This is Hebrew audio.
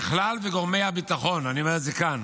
ככל שגורמי הביטחון, אני אומר את זה כאן